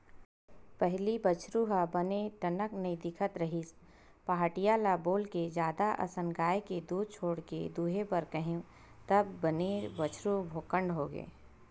पहिली बछरु ह बने टनक नइ दिखत रिहिस पहाटिया ल बोलके जादा असन गाय के दूद छोड़ के दूहे बर केहेंव तब बने बछरु भोकंड होगे